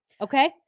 okay